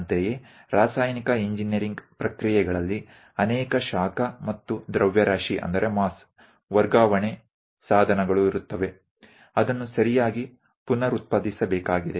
ಅಂತೆಯೇ ರಾಸಾಯನಿಕ ಇಂಜಿನೀರಿಂಗ್ ಪ್ರಕ್ರಿಯೆಗಳಲ್ಲಿ ಅನೇಕ ಶಾಖ ಮತ್ತು ದ್ರವ್ಯರಾಶಿ ವರ್ಗಾವಣೆ ಸಾಧನಗಳು ಇರುತ್ತವೆ ಅದನ್ನು ಸರಿಯಾಗಿ ಪುನರುತ್ಪಾದಿಸಬೇಕಾಗಿದೆ